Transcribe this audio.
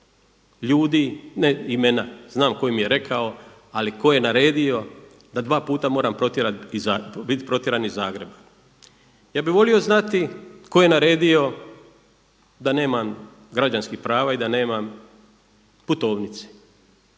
ljudi, ne imena, znam koji mi je rekao ali tko je naredio da dva puta moram protjerati, biti protjeran iz Zagreba. Ja bih volio znati tko je naredio da nemam građanskih prava i da nemam putovnice,